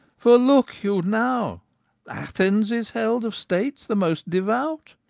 for, look you, now athens is held of states the most devout,